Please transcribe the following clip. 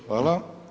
Hvala.